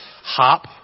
Hop